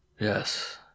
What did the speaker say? Yes